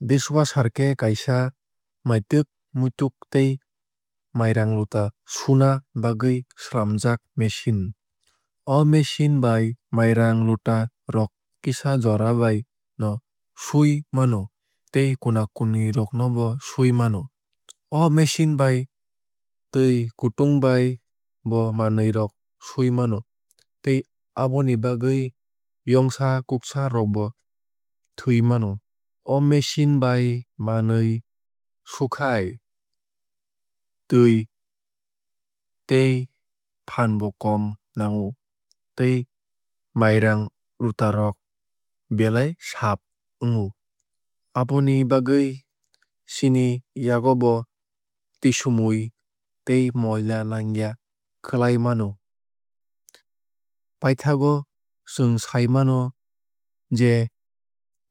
Dishwasher khe kaisa maitwk muitwk tei mairang lota suna bagwui swlamjak machine. O machine bai mairang lota rok kisa jora bai no sui mano tei kuna kuni rok no bo sui mano. O machine bai twui kutung bai bo manwui rok sui mano tei aboni bagwui yongsa kuksa rok bo thwui mano. O machine bai manwui sokhai twui tei phaan bo kom nango tei mairang luta rok belai saaf wngo. Aboni bagui chini yakgobo tisumui tei moila nangya khlai mano. Paithakgo chwng sai mano je